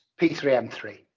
p3m3